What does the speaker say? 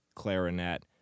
Clarinet